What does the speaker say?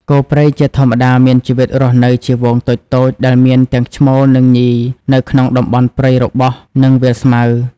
គោព្រៃជាធម្មតាមានជីវិតរស់នៅជាហ្វូងតូចៗដែលមានទាំងឈ្មោលនិងញីនៅក្នុងតំបន់ព្រៃរបោះ និងវាលស្មៅ។